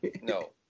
No